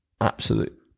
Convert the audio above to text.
absolute